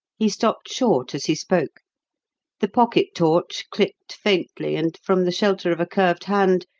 he stopped short as he spoke the pocket-torch clicked faintly and from the shelter of a curved hand,